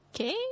okay